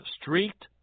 streaked